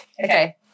Okay